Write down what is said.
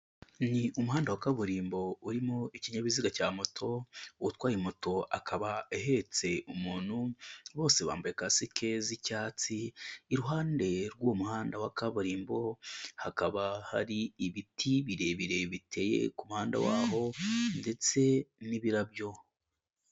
Ni umuhanda wa kaburimbo urimo ikinyabiziga cya moto, utwaye moto akaba ahetse umuntu, bose bambaye kasike z'icyatsi, iruhande rw'uwo muhanda wa kaburimbo hakaba hari ibiti birebire biteye ku muhanda waho ndetse n'ibirabyo.